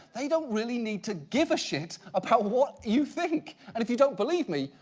they don't really need to give a shit about what you think. and if you don't believe me?